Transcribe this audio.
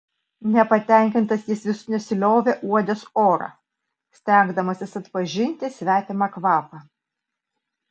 nepatenkintas jis vis nesiliovė uodęs orą stengdamasis atpažinti svetimą kvapą